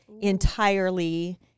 entirely